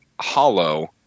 hollow